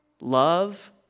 love